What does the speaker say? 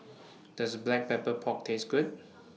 Does Black Pepper Pork Taste Good